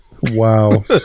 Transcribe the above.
Wow